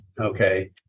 okay